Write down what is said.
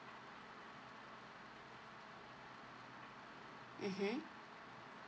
mmhmm